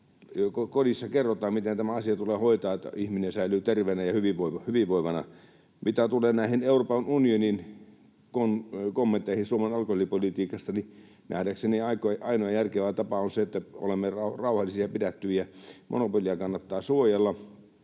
kodissa kerrotaan, miten tämä asia tulee hoitaa, jotta ihminen säilyy terveenä ja hyvinvoivana. Mitä tulee näihin Euroopan unionin kommentteihin Suomen alkoholipolitiikasta, niin nähdäkseni ainoa järkevä tapa on se, että olemme rauhallisia ja pidättyviä. Monopolia kannattaa suojella